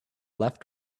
left